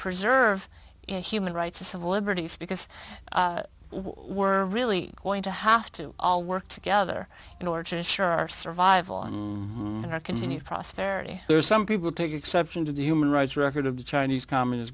preserve in human rights a civil liberties because where really going to have to all work together in order to assure our survival and our continued prosperity there is some people take exception to the human rights record of the chinese communist